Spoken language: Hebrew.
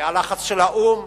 היה לחץ של האו"ם,